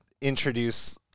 introduce